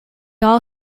all